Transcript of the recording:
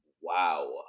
wow